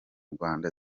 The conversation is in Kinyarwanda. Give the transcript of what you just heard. rwanda